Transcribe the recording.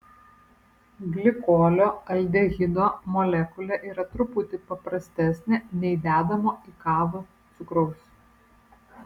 glikolio aldehido molekulė yra truputį paprastesnė nei dedamo į kavą cukraus